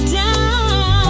down